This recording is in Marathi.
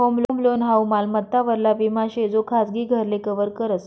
होम लोन हाऊ मालमत्ता वरला विमा शे जो खाजगी घरले कव्हर करस